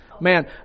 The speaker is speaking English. Man